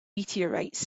meteorites